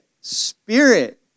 spirit